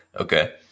Okay